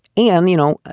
and, you know,